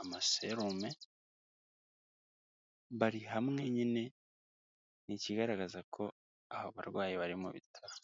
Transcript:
amaserume, bari hamwe nyine n'ikigaragaza ko aba barwayi bari mu bitaro.